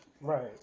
Right